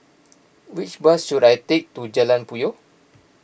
which bus should I take to Jalan Puyoh